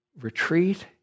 retreat